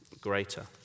greater